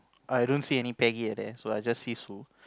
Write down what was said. I don't see any Peggy at there I just see Sue